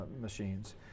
machines